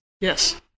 Yes